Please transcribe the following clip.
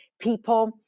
people